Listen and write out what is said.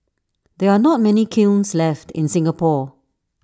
there are not many kilns left in Singapore